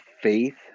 faith